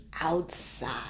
outside